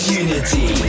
unity